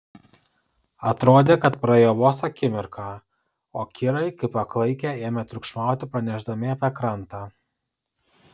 atrodė kad praėjo vos akimirka o kirai kaip paklaikę ėmė triukšmauti pranešdami apie krantą